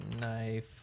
knife